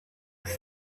was